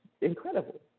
incredible